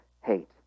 hate